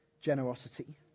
generosity